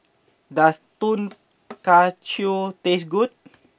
does Tonkatsu taste good